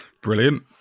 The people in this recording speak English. Brilliant